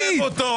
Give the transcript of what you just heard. המשפטית?